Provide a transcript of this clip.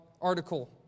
article